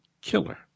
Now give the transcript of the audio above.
killer